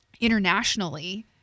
internationally